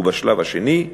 בשלב השני,